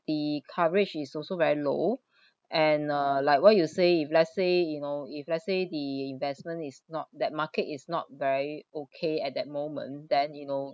the coverage is also very low and uh like what you say if let's say you know if let's say the investment is not that market is not very okay at that moment then you know